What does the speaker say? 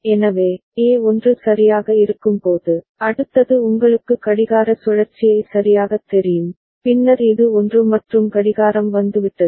எனவே A 1 சரியாக இருக்கும்போது அடுத்தது உங்களுக்கு கடிகார சுழற்சியை சரியாகத் தெரியும் பின்னர் இது 1 மற்றும் கடிகாரம் வந்துவிட்டது